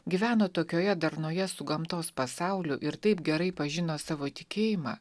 gyveno tokioje darnoje su gamtos pasauliu ir taip gerai pažino savo tikėjimą